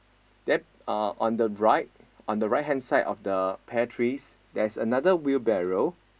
then uh on the right the right hand side of the pear trees there's another wheelbarrow